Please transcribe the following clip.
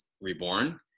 reborn